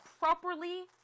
properly